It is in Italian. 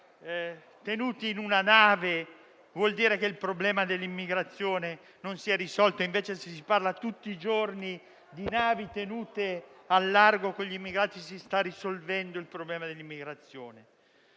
tenuti in una nave, vuol dire che il problema dell'immigrazione non viene risolto, mentre invece, se si parla tutti i giorni di navi tenute al largo con gli immigrati, si sta risolvendo il problema dell'immigrazione.